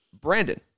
Brandon